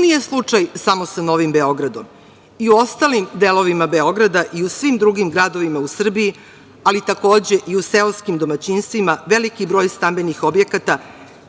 nije slučaj samo sa Novim Beogradom. I u ostalim delovima Beograda, u svim drugim gradovima u Srbiji, ali takođe i u seoskim domaćinstvima veliki broj stambenih objekata